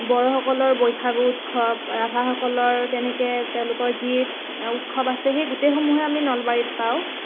বড়োসকলৰ বৈশাগু উৎসৱ ৰাভাসকলৰ তেনেকৈ তেওঁলোকৰ যি উৎসৱ আছে সেই গোটেইসমূহে আমি নলবাৰীত পাওঁ